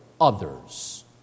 others